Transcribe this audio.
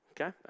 Okay